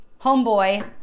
Homeboy